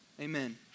Amen